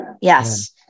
Yes